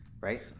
right